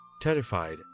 terrified